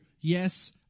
yes